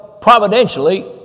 providentially